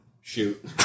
Shoot